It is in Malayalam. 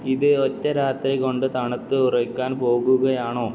ഇത് ഒറ്റ രാത്രി കൊണ്ട് തണുത്ത് ഉറയ്ക്കാൻ പോകുകയാണോ